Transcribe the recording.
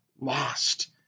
lost